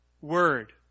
word